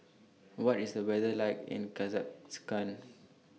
What IS The weather like in Kazakhstan